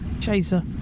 chaser